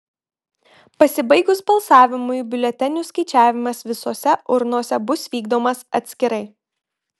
pasibaigus balsavimui biuletenių skaičiavimas visose urnose bus vykdomas atskirai